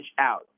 out